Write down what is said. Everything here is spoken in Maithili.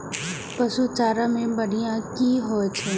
पशु चारा मैं बढ़िया की होय छै?